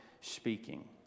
speaking